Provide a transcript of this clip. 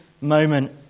moment